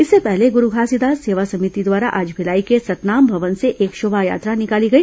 इससे पहले गुरू घासीदास सेवा समिति द्वारा आज भिलाई के सतनाम भवन से एक शोभायात्रा निकाली गई